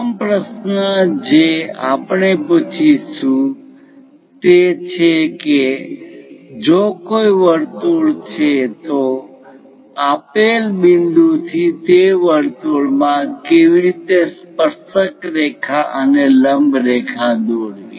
પ્રથમ પ્રશ્ન જે આપણે પૂછશું તે છે કે જો કોઈ વર્તુળ છે તો આપેલ બિંદુથી તે વર્તુળમાં કેવી રીતે સ્પર્શક રેખા અને લંબ રેખા દોરવી